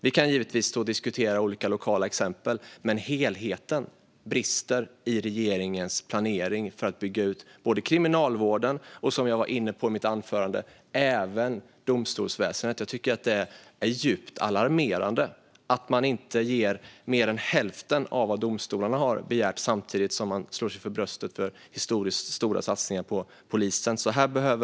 Vi kan givetvis diskutera olika lokala exempel, men helheten brister när det gäller regeringens planering för att bygga ut kriminalvården och även domstolsväsendet, vilket jag var inne på i mitt huvudanförande. Det är djupt alarmerande att man inte ger mer än hälften av vad domstolarna har begärt samtidigt som man slår sig för bröstet för historiskt stora satsningar på polisen.